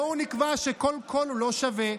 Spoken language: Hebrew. בואו נקבע שלא כל קול הוא שווה,